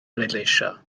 bleidleisio